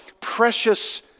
precious